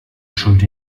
schuld